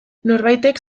norbaitek